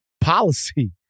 policy